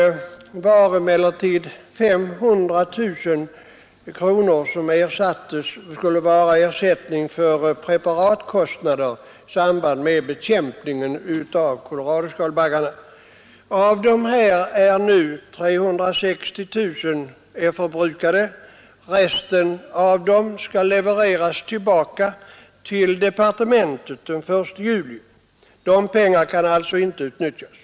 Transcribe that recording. Därav var emellertid 500 000 kronor ersättning för preparatkostnader i samband med bekämpningen av koloradoskalbaggen. Av den summan är nu 360 000 kronor förbrukade. Resten skall levereras tillbaka till departementet den 1 juli. De pengarna kan alltså inte utnyttjas.